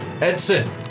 Edson